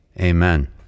amen